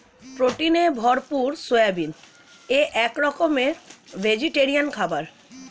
প্রোটিনে ভরপুর সয়াবিন এক রকমের ভেজিটেরিয়ান খাবার